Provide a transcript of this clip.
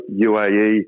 UAE